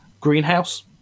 greenhouse